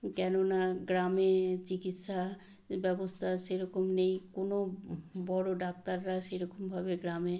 কেননা গ্রামে চিকিৎসা ব্যবস্তা সেরকম নেই কোনো বড়ো ডাক্তাররা সেরকমভাবে গ্রামে